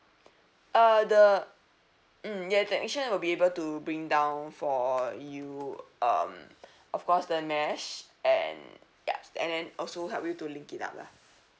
uh the mm the technician will be able to bring down for you um of course the mesh and ya and then also help you to link it up lah